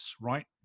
right